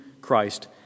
Christ